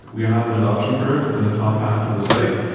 we have an adoption curve in the top half of the site.